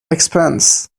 expense